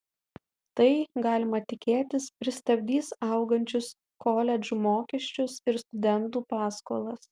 tai galima tikėtis pristabdys augančius koledžų mokesčius ir studentų paskolas